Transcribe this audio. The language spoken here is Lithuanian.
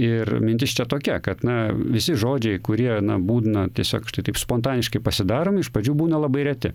ir mintis čia tokia kad na visi žodžiai kurie na būdna tiesiog štai taip spontaniškai pasidaromi iš pradžių būna labai reti